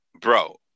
Bro